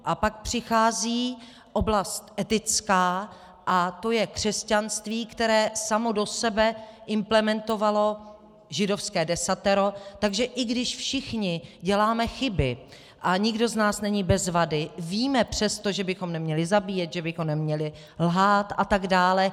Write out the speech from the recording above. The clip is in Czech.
A pak přichází oblast etická a to je křesťanství, které samo do sebe implementovalo židovské desatero, takže i když všichni děláme chyby a nikdo z nás není bez vady, víme přesto, že bychom neměli zabíjet, že bychom neměli lhát a tak dále.